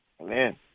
Amen